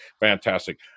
Fantastic